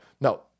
No